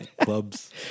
clubs